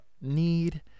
need